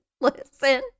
listen